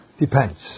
depends